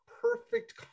perfect